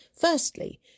Firstly